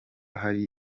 hari